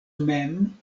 mem